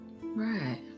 Right